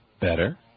Better